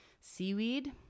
seaweed